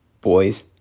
boys